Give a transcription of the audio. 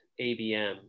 ABM